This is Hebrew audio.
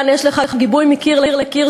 ויש לך כאן בבית הזה גיבוי מקיר לקיר,